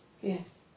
Yes